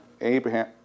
Abraham